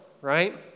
right